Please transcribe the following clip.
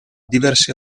diversi